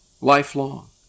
Lifelong